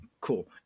Cool